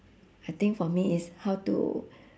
I think for me is how to